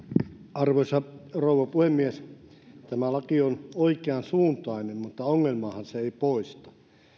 arvoisa rouva puhemies tämä laki on oikeansuuntainen mutta ongelmaahan se ei poista